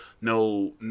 no